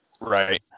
Right